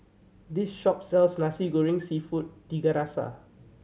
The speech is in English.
this shop sells Nasi Goreng Seafood Tiga Rasa